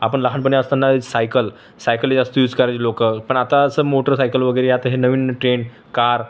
आपण लहानपणी असताना सायकल सायकली जास्त युज करायची लोकं पण आता असं मोटरसायकल वगैरे आता हे नवीन ट्रेंड कार